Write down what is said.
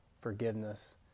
forgiveness